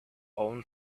own